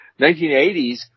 1980s